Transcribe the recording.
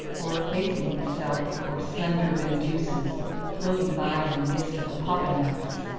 or effacing himself before slender vendeuses floating by in a mist of opopanax.